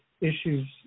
Issues